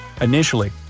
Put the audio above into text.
Initially